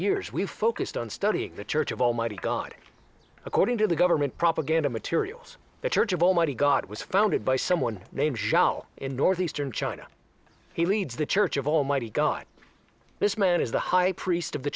years we've focused on studying the church of almighty god according to the government propaganda materials the church of almighty god it was founded by someone named joel in northeastern china he leads the church of almighty god this man is the high priest of the